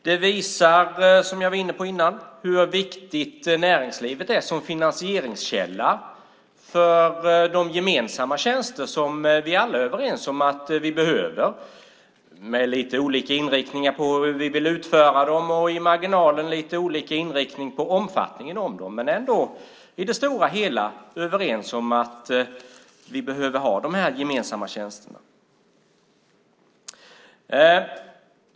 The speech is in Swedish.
Det visar, som jag var inne på innan, hur viktigt näringslivet är som finansieringskälla för de gemensamma tjänster som vi alla är överens om att vi behöver. Vi har kanske lite olika inriktning på hur vi vill utföra dem och i marginalen lite olika inriktning på omfattningen av dem, men vi är ändå i det stora hela överens om att vi behöver ha dessa gemensamma tjänster.